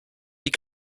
die